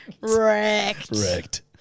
Wrecked